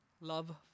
love